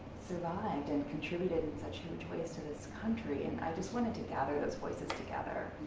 survived and contributed in such huge ways to this country. and i just wanted to gather those voices together.